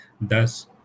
Thus